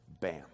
Bam